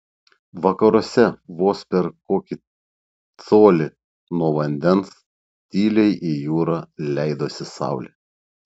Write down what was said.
vakaruose vos per kokį colį nuo vandens tyliai į jūrą leidosi saulė